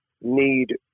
need